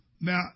Now